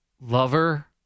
Lover